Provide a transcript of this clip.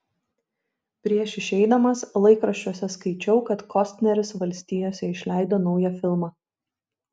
prieš išeidamas laikraščiuose skaičiau kad kostneris valstijose išleido naują filmą